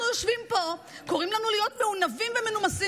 אנחנו יושבים פה וקוראים לנו להיות מעונבים ומנומסים.